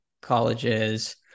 colleges